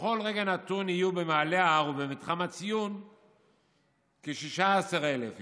שבכל רגע נתון יהיו במעלה ההר ובמתחם הציון כ-16,000 איש,